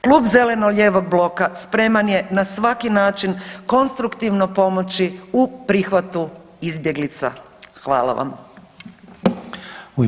Klub zeleno-lijevog bloka spreman je na svaki način konstruktivno pomoći u prihvati izbjeglica.